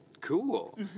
Cool